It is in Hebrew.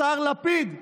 השר לפיד.